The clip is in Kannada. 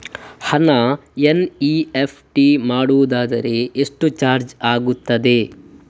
ಹಣ ಎನ್.ಇ.ಎಫ್.ಟಿ ಮಾಡುವುದಾದರೆ ಎಷ್ಟು ಚಾರ್ಜ್ ಆಗುತ್ತದೆ?